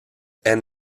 and